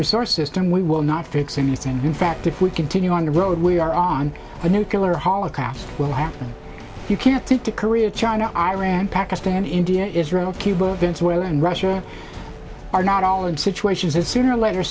resources term we will not fix anything in fact if we continue on the road we are on the nucular holographs will happen you can't get to korea china iran pakistan india israel cuba venezuela and russia are not all in situations that sooner or later